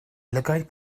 lygaid